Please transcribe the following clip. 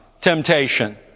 temptation